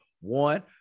one